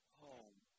home